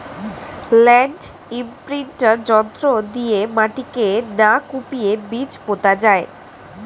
land imprinter যন্ত্র দিয়ে মাটিকে না কুপিয়ে বীজ পোতা যায়